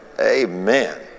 Amen